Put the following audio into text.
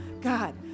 God